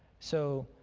so